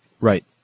Right